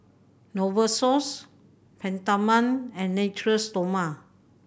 Novosource Peptamen and Natura Stoma